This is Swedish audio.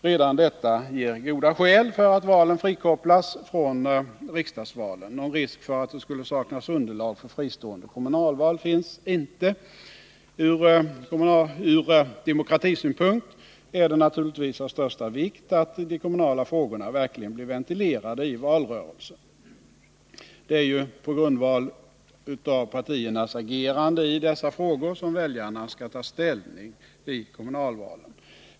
Redan detta ger goda skäl för att valen frikopplas från riksdagsvalen. Någon risk för att det skulle saknas underlag för fristående kommunalval finns inte. Ur demokratisynpunkt är det naturligtvis av största vikt att de kommunala frågorna verkligen blir ventilerade i valrörelsen. Det är ju på grundval av partiernas agerande i dessa frågor som väljarna skall ta ställning i kommunalvalen.